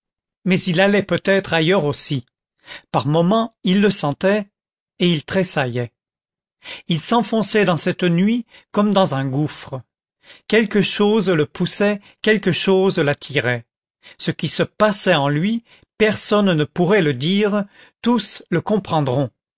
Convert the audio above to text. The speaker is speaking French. mais il allait peut-être ailleurs aussi par moments il le sentait et il tressaillait il s'enfonçait dans cette nuit comme dans un gouffre quelque chose le poussait quelque chose l'attirait ce qui se passait en lui personne ne pourrait le dire tous le comprendront